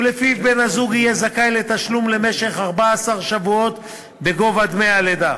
ולפיו בן-הזוג יהיה זכאי לתשלום למשך 14 שבועות בגובה דמי הלידה.